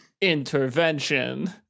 intervention